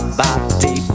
body